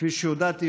כפי שהודעתי,